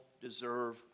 deserve